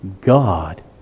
God